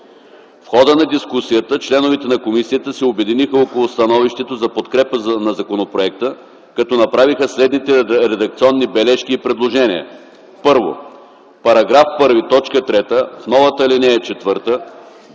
В хода на дискусията членовете на комисията се обединиха около становището за подкрепа на законопроекта, като направиха следните редакционни бележки и предложения: 1. В § 1, т. 3, в новата ал. 4